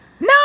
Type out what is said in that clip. no